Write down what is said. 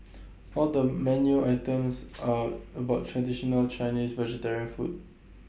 all the menu items are about traditional Chinese vegetarian food